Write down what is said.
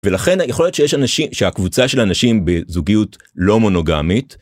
ולכן יכול להיות שיש אנשים... שהקבוצה של אנשים בזוגיות לא מונוגמית.